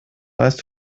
weißt